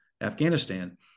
Afghanistan